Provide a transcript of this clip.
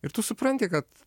ir tu supranti kad